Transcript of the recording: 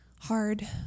hard